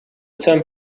term